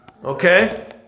Okay